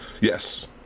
Yes